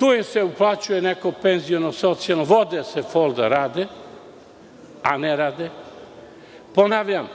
im se uplaćuje neko penziono, socijalno, vode se fol da rade, a ne rade. Ponavljam,